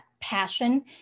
passion